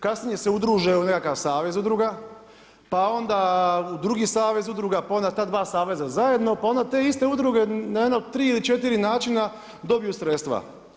Kasnije se udruže u nekakav savez udruga, pa onda u drugi savez udruga, pa onda ta dva saveza zajedno, pa onda te iste udruge na jedno tri ili četiri načina dobiju sredstva.